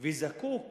וזקוק